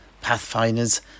pathfinders